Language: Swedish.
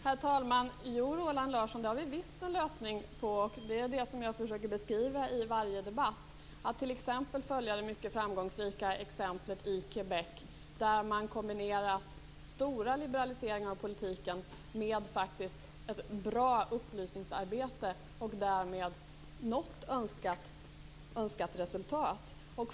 Herr talman! Jo, Roland Larsson, det har vi visst en lösning på. Det är det som jag försöker beskriva i varje debatt. Man kan t.ex. följa det mycket framgångsrika exemplet i Québec, där man har kombinerat stora liberaliseringar av politiken med ett bra upplysningsarbete och därmed nått önskat resultat.